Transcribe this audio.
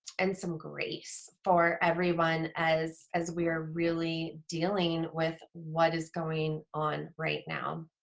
and some grace for everyone as as we are really dealing with what is going on right now